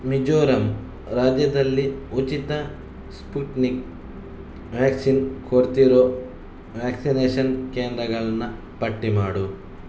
ಮಿಜೋರಮ್ ರಾಜ್ಯದಲ್ಲಿ ಉಚಿತ Sputnik vaccine ಕೊಡ್ತಿರೋ ವ್ಯಾಕ್ಸಿನೇಷನ್ ಕೇಂದ್ರಗಳನ್ನು ಪಟ್ಟಿ ಮಾಡು